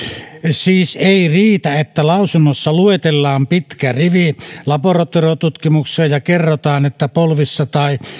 siis ei riitä että lausunnossa luetellaan pitkä rivi laboratoriotutkimuksia ja kerrotaan että polvissa tai